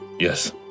Yes